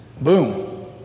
Boom